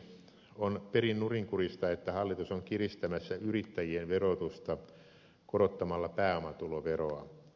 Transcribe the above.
on perin nurinkurista että hallitus on kiristämässä yrittäjien verotusta korottamalla pääomatuloveroa